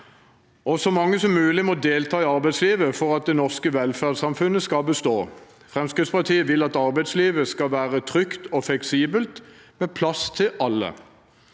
og så mange som mulig må delta i arbeidslivet for at det norske velferdssamfunnet skal bestå. Fremskrittspartiet vil at arbeidslivet skal være trygt og fleksibelt med plass til alle.